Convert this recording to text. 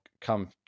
come